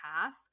half